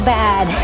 bad